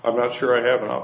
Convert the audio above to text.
i'm not sure i have a